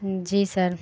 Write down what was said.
جی سر